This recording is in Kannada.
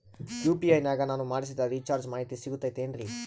ಯು.ಪಿ.ಐ ನಾಗ ನಾನು ಮಾಡಿಸಿದ ರಿಚಾರ್ಜ್ ಮಾಹಿತಿ ಸಿಗುತೈತೇನ್ರಿ?